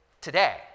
today